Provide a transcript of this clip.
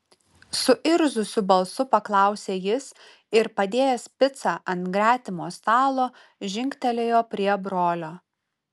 suirzusiu balsu paklausė jis ir padėjęs picą ant gretimo stalo žingtelėjo prie brolio